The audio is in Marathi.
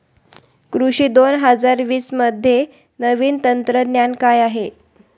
कृषी दोन हजार वीसमध्ये नवीन तंत्रज्ञान काय आहे?